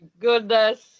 goodness